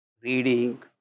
reading